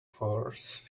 force